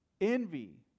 envy